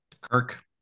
Kirk